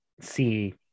see